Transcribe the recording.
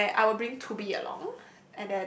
where I would bring to be along